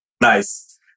Nice